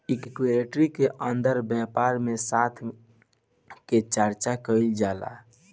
equity के अंदर व्यापार में साथ के चर्चा कईल जाला